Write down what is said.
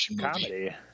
comedy